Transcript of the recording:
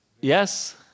yes